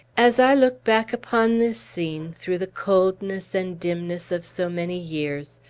as i look back upon this scene, through the coldness and dimness of so many years,